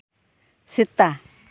ᱥᱮᱛᱟ